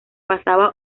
pasaba